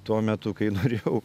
tuo metu kai norėjau